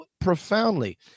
profoundly